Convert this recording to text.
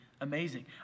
amazing